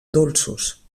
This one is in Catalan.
dolços